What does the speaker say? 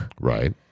Right